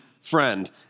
friend